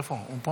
איפה הוא?